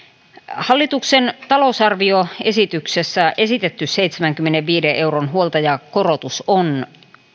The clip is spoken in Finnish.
hallituksen talousarvioesityksessä esitetty seitsemänkymmenenviiden euron huoltajakorotus on